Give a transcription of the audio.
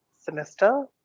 sinister